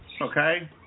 Okay